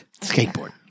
Skateboard